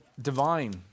divine